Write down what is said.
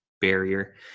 barrier